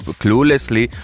cluelessly